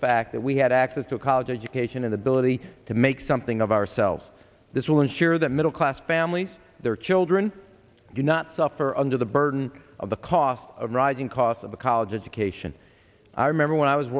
fact that we had access to a college education and ability to make something of ourselves this will ensure that middle class families their children do not suffer under the burden of the cost of rising costs of a college education i remember when i was